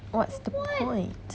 what's the point